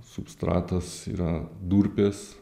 substratas yra durpės